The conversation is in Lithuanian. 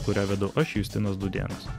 kurią vedu aš justinas dūdėnas